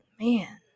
Man